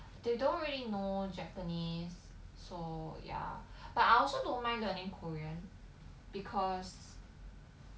they don't really know japanese so ya but I also don't mind learning korean because